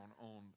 on